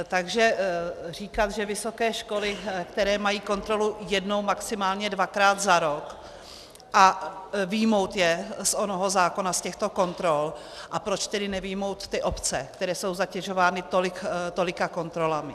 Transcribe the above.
Takže říkám, že vysoké školy, které mají kontrolu jednou, maximálně dvakrát za rok, vyjmout je z onoho zákona, z těchto kontrol, a proč tedy nevyjmout ty obce, které jsou zatěžovány tolika kontrolami?